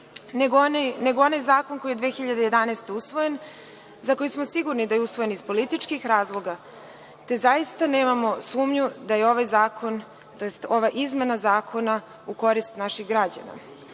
nego onaj zakon koji je 2011. godine usvojen, za koji smo sigurni da je usvojen iz političkih razloga, te zaista nemamo sumnju da je ovaj zakon, tj. ova izmena zakona u korist naših građana.